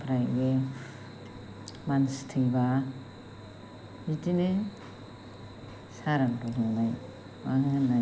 फ्राय बे मानसि थैब्ला बिदिनो सारादु होनाय मा होनाय